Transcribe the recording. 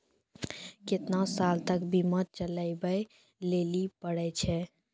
केतना साल तक बीमा चलाबै लेली पड़ै छै?